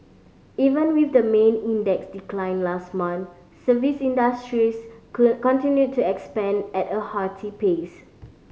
even with the main index's decline last month service industries continued to expand at a hearty pace